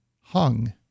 hung